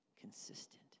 consistent